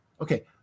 okay